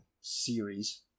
series